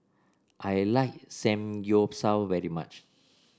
I like Samgyeopsal very much